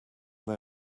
they